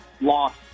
Lost